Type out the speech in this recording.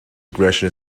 regression